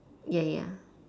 ya ya